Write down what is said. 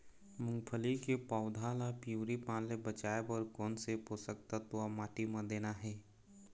मुंगफली के पौधा ला पिवरी पान ले बचाए बर कोन से पोषक तत्व माटी म देना हे?